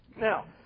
Now